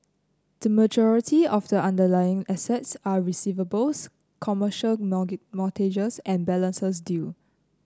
the majority of the underlying assets are receivables commercial mortgages and balances due